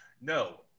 No